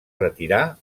retirar